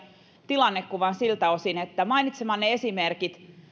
tilannekuvan siltä osin että mainitsemanne esimerkit